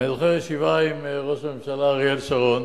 ואני זוכר ישיבה עם ראש הממשלה אריאל שרון,